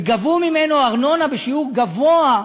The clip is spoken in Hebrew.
וגבו ממנו ארנונה בשיעור גבוה.